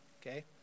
Okay